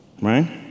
right